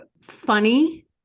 funny